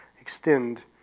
extend